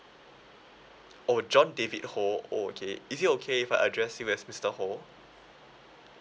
oh john david ho okay is it okay if I address you as mister ho